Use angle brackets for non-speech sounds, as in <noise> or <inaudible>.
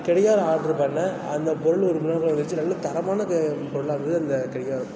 கடிகாரம் ஆட்ரு பண்ணேன் அந்த பொருள் <unintelligible> வந்துச்சு நல்ல தரமான க பொருளாக இருந்தது அந்த கடிகாரம்